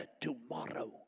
tomorrow